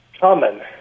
common